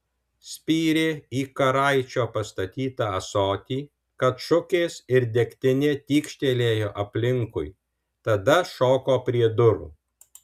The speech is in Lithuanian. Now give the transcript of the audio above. spyrė į karaičio pastatytą ąsotį kad šukės ir degtinė tykštelėjo aplinkui tada šoko prie durų